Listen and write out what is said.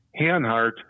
Hanhart